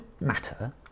matter